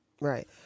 right